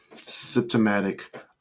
symptomatic